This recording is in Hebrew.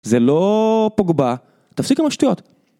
זה לא פוגבע, תפסיק עם השטויות.